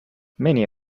many